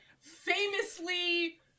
famously